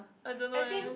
I don't know eh